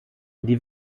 die